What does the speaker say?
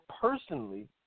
personally